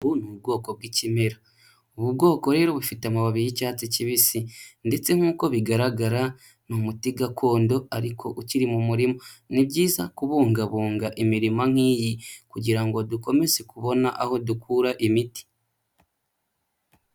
Ubu ni ubwoko bw'ikimera ubu bwoko rero bufite amababi y'icyatsi kibisi ndetse nk'uko bigaragara ni umuti gakondo ariko ukiri mu murima, ni byiza kubungabunga imirimo nk'iyi kugira ngo dukomeze kubona aho dukura imiti.